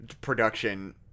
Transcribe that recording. production